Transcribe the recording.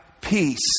peace